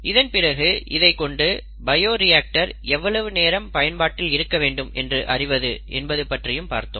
இதன் பிறகு இதை கொண்டு பயோ ரியாக்டர் எவ்வளவு நேரம் பயன்பாட்டில் இருக்க வேண்டும் என்று அறிவது என்பது பற்றியும் பார்த்தோம்